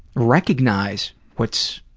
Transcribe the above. recognize what's,